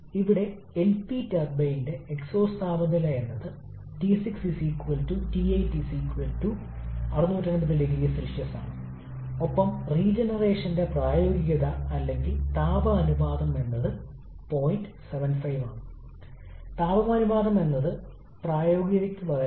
ഇവിടെ നമ്മൾ കംപ്രഷനെ പല ഘട്ടങ്ങളായി വിഭജിക്കുന്നു തുടർച്ചയായ രണ്ട് ഘട്ടങ്ങൾക്കിടയിൽ നമ്മൾ വാതകത്തെ തണുപ്പിക്കുന്നു അങ്ങനെ താപനില കുറയുകയും അതുവഴി ഈ വോള്യം കുറയുകയും ചെയ്യുന്നു